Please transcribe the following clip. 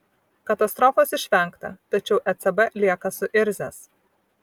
katastrofos išvengta tačiau ecb lieka suirzęs